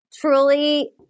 Truly